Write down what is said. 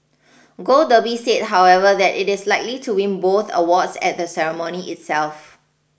Gold Derby said however that it is likely to win both awards at the ceremony itself